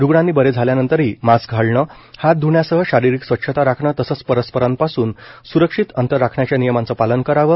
रुग्णांनी बरे झाल्यानंतरही मास्क घालणं हात ध्ण्यासह शारिरिक स्वच्छता राखणं तसंच परस्परांपासून सुरक्षित अंतर राखण्याच्या नियमांचं पालन करावं